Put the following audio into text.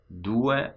due